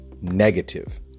negative